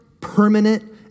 permanent